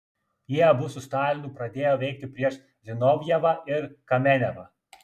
jie abu su stalinu pradėjo veikti prieš zinovjevą ir kamenevą